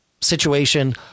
situation